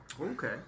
Okay